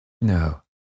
No